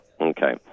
Okay